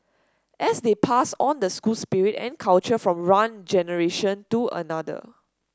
and they pass on the school spirit and culture from one generation to another